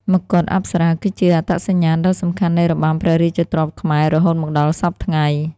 មកុដអប្សរាគឺជាអត្តសញ្ញាណដ៏សំខាន់នៃរបាំព្រះរាជទ្រព្យខ្មែររហូតមកដល់សព្វថ្ងៃ។